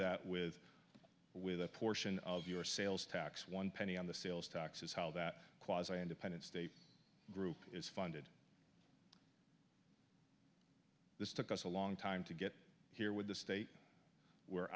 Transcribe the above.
that with with a portion of your sales tax one penny on the sales tax is how that quasi independent state group is funded this took us a long time to get here with the state where